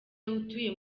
atuye